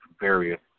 various